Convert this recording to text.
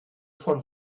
von